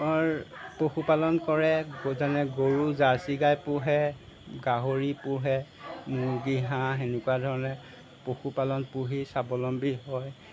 পশুপালন কৰে যেনে গৰু জাৰ্চী গাই পোহে গাহৰি পোহে মুৰ্গী হাঁহ এনেকুৱাধৰণে পশুপালন পুহি স্বাৱলম্বী হয়